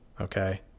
Okay